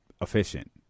efficient